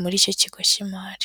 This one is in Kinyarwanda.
muri icyo kigo k'imari.